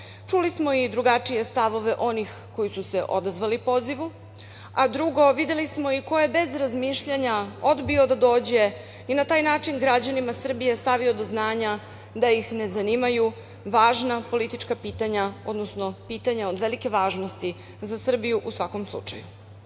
čuli smo i drugačije stavove onih koji su se odazvali pozivu, a drugo videli smo i ko je bez razmišljanja odbio da dođe i na taj način građanima Srbije stavio do znanja da ih ne zanimaju važna politička pitanja, odnosno pitanja od velike važnosti za Srbiju u svakom slučaju.